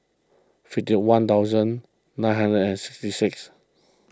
fifty one thousand nine hundred and sixty six